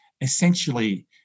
essentially